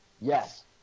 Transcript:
Yes